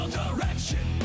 direction